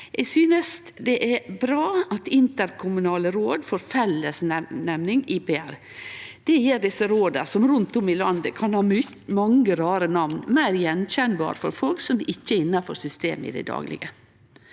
Eg synest det er bra at interkommunale råd får fellesnemninga IPR. Det gjer desse råda, som rundt om i landet kan ha mange rare namn, meir gjenkjennelege for folk som ikkje er innanfor systemet